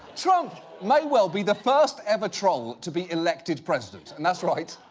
trump may well be the first ever troll to be elected president. and that's right,